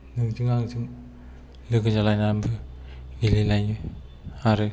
नोंजों आंजों लोगो जालायनानबो गेलेनो हायो आरो